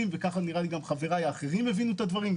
ונראה שכך חבריי האחרים הבינו את הדברים,